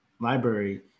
library